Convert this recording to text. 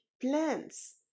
plants